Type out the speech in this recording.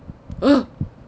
ugh